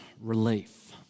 relief